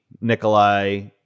Nikolai